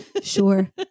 sure